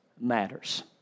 matters